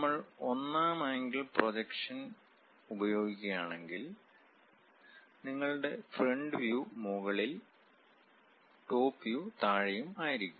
നമ്മൾ ഒന്നാം angle projection ഉപയോഗിക്കുകയാണെങ്കിൽ നിങ്ങളുടെ ഫ്രണ്ട് വ്യൂ മുകളിൽ ടോപ് വ്യൂ താഴെയും ആയിരിക്കും